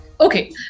Okay